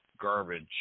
garbage